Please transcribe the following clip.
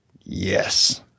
Yes